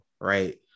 right